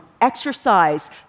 exercise